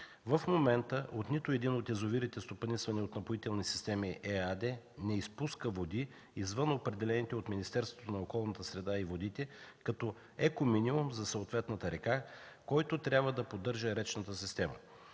В момента от нито един от язовирите, стопанисвани от „Напоителни системи” ЕАД не изпуска води извън определените от Министерството на околната среда и водите, като еко минимум за съответната река, който трябва да поддържа речната система.